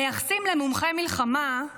מייחסים למומחה מלחמה,